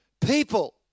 people